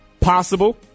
possible